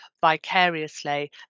vicariously